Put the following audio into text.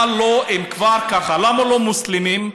אם כבר ככה, למה לא מוסלמים?